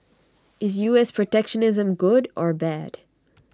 is U S protectionism good or bad